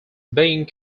being